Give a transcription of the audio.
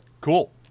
Cool